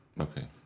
Okay